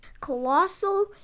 Colossal